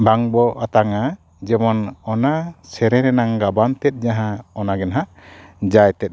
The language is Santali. ᱵᱟᱝ ᱵᱚ ᱟᱛᱟᱝᱟ ᱡᱮᱢᱚᱱ ᱚᱱᱟ ᱥᱮᱨᱮᱧ ᱨᱮᱱᱟᱜ ᱜᱟᱵᱟᱱ ᱛᱮᱫ ᱡᱟᱦᱟᱸ ᱚᱱᱟ ᱜᱮ ᱱᱟᱦᱟᱜ ᱡᱟᱭ ᱛᱮᱫ ᱫᱚ